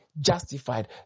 justified